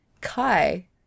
Kai